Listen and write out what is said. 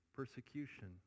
Persecution